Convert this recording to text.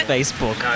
Facebook